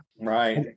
Right